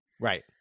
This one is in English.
right